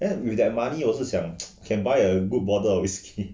then with that money 我是想 can buy a good bottle of whisky